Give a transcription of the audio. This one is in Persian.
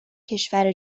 کشور